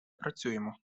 працюємо